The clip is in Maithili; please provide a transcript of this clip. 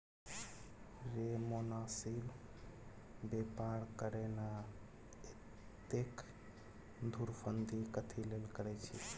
रे मोनासिब बेपार करे ना, एतेक धुरफंदी कथी लेल करय छैं?